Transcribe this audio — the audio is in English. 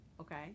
okay